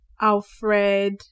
Alfred